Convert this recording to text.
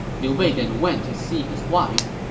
liu bei then went to see his wife.